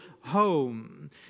home